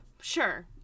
Sure